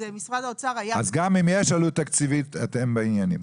אז גם אם יש עלות תקציבית, אתם בעניינים.